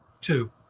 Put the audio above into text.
Two